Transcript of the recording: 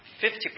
fifty